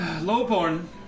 Lowborn